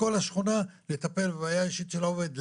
כל השכונה לטפל בבעיה האישית של העובד,